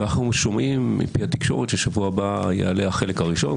אנחנו שומעים מפי התקשורת שבשבוע הבא יעלה החלק הראשון,